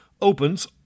opens